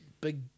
big